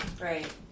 Right